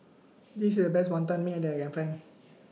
This IS The Best Wantan Mee that I Can Find